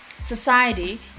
Society